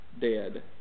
dead